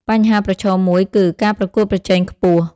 បញ្ហាប្រឈមមួយគឺ ការប្រកួតប្រជែងខ្ពស់។